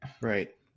right